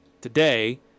today